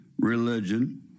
Religion